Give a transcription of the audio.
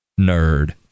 nerd